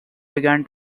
began